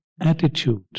attitude